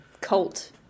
cult